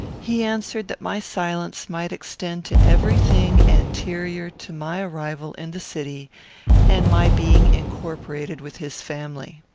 he answered that my silence might extend to every thing anterior to my arrival in the city and my being incorporated with his family.